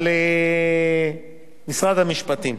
על משרד המשפטים.